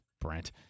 Brent